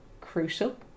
crucial